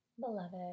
Beloved